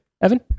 Evan